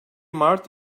mart